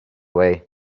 way